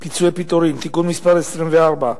פיצויי פיטורים (תיקון מס' 24)